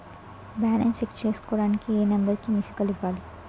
Balance check చేసుకోవటానికి ఏ number కి మిస్డ్ కాల్ ఇవ్వాలి?